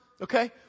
Okay